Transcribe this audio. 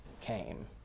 came